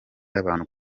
abantu